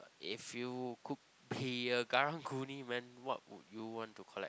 if you could be a Karang-Guni Man what would you want to collect